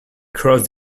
cross